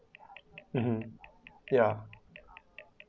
mmhmm ya